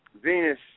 Venus